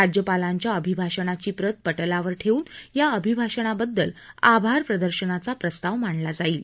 राज्यपालांच्या अभिभाषणाची प्रत पटलावर ठेऊन या अभिभाषणाबद्दल आभारप्रदर्शनाचा प्रस्ताव मांडला जाईल